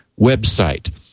website